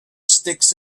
sticks